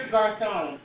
Garcon